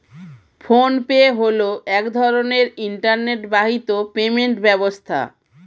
phone pay হলো এক ধরনের ইন্টারনেট বাহিত পেমেন্ট ব্যবস্থা